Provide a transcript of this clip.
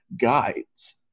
guides